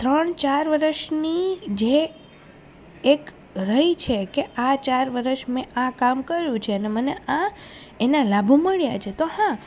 ત્રણ ચાર વર્ષની જે એક રહી છે કે આ ચાર વર્ષ મેં આ કામ કર્યું છે અને મને આ એના લાભો મળ્યા છે તો હા